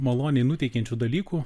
maloniai nuteikiančių dalykų